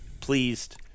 pleased